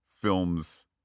films